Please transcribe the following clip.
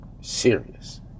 serious